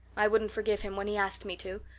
i wouldn't forgive him when he asked me to.